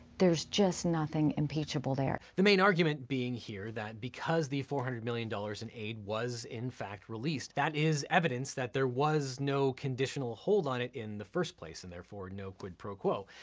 there's just nothing impeachable there. the main argument being here that because the four hundred million dollars in aid was in fact released, that is evidence that there was no conditional hold on it in the first place, therefore no quid pro quo,